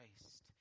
christ